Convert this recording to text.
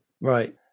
Right